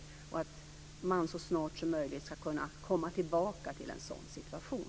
Förhoppningsvis ska man så snart som möjligt kunna komma tillbaka till en sådan situation.